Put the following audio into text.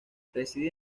reside